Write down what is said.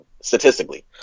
statistically